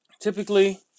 typically